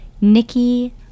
Nikki